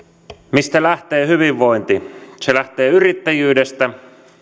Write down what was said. mistä lähtee hyvinvointi se lähtee yrittäjyydestä